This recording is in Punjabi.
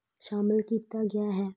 ਸ਼ਾਮਲ ਕੀਤਾ ਗਿਆ ਹੈ